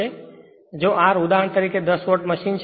તેથી જો r ઉદાહરણ તરીકે 10 વોટ મશીન છે